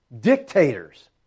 dictators